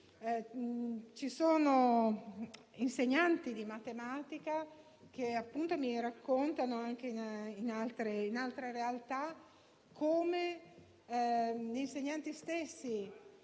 Ci sono insegnanti di matematica che mi raccontano, anche in altre realtà, come gli insegnanti stessi